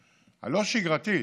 הלא-שגרתית.